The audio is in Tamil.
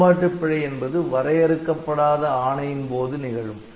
பயன்பாட்டு பிழை என்பது வரையறுக்கப்படாத ஆணையின் போது நிகழும்